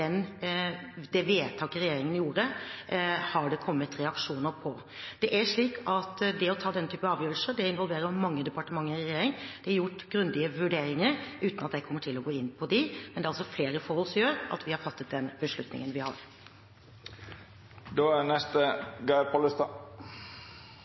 å ta denne typen avgjørelser involverer mange departementer i regjeringen. Det er gjort grundige vurderinger uten at jeg kommer til å gå inn på dem. Men det er altså flere forhold som gjør at vi har fattet den beslutningen vi har. Eg må seia eg vert uroleg når eg høyrer om den store usikkerheita som er